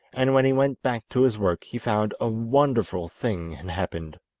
and when he went back to his work he found a wonderful thing had happened!